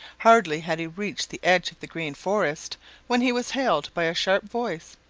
hardly had he reached the edge of the green forest when he was hailed by a sharp voice.